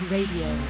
Radio